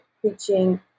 preaching